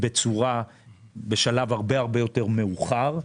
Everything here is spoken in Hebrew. בשלב הרבה-הרבה יותר מאוחר.